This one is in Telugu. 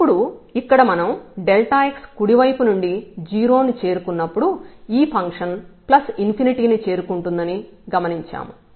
ఇప్పుడు ఇక్కడ మనం x కుడివైపు నుండి 0 ని చేరుకున్నప్పుడు ఈ ఫంక్షన్ కి చేరుకుంటుందని గమనించాము